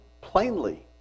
plainly